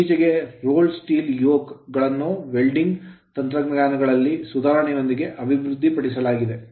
ಇತ್ತೀಚೆಗೆ rolled steel yoke ಸುತ್ತಿದ ಉಕ್ಕಿನ ಯೋಕ್ ಗಳನ್ನು ವೆಲ್ಡಿಂಗ್ ತಂತ್ರಗಳಲ್ಲಿನ ಸುಧಾರಣೆಗಳೊಂದಿಗೆ ಅಭಿವೃದ್ಧಿಪಡಿಸಲಾಗಿದೆ